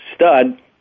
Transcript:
stud